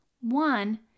One